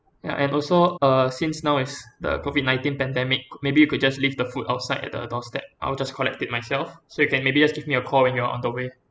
ya and also uh since now is the COVID nineteen pandemic maybe you could just leave the food outside at the doorstep I will just collect it myself so you can maybe just give me a call when you're on the way